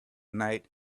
night